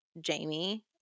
Jamie